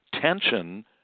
tension